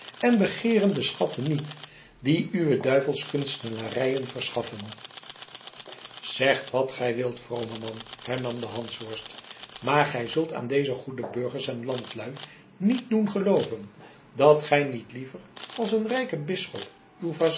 en begeeren de schatten niet die uwe duivelskunstenarijen verschaffen zeg wat gij wilt vrome man hernam de hansworst maar gij zult aan deze goede burgers en landlui niet doen gelooven dat gij niet liever als een rijke bisschop